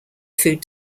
food